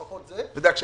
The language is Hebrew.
לפחות זה.